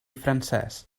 francès